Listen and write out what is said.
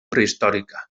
prehistòrica